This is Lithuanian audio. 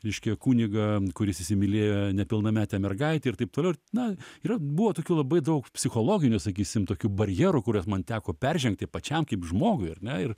reiškia kunigą kuris įsimylėjo nepilnametę mergaitę ir taip toliau na yra buvo tokių labai daug psichologinių sakysim tokių barjerų kuriuos man teko peržengti pačiam kaip žmogui ir na ir